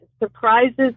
surprises